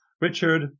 Richard